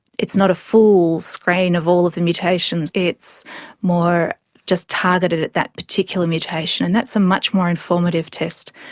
it's not a full screen of all of the mutations, it's more just targeted at that particular mutation and that's a much more informative test,